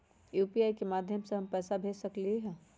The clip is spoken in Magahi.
यू.पी.आई के माध्यम से हम पैसा भेज सकलियै ह?